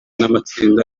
n’amatsinda